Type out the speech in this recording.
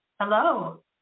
Hello